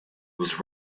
was